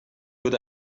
good